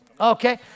Okay